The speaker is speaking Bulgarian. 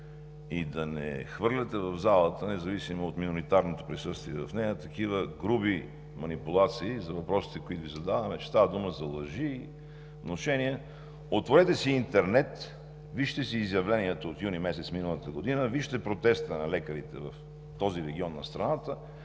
и да не хвърляте в залата, независимо от миноритарното присъствие в нея, такива груби манипулации за въпросите, които Ви задаваме – че става дума за лъжи, внушения. Отворете си интернет, вижте си изявлението от месец юни миналата година. Вижте протеста на лекарите в този регион на страната,